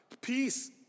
Peace